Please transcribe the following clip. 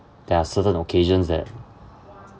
there are certain occasions that